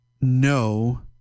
no